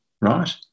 right